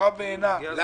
שנותרה בעינה --- למה?